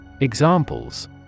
Examples